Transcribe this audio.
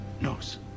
knows